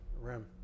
rim